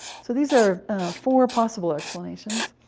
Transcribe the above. so these are four possible explanations,